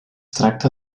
tracta